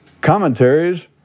commentaries